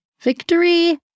victory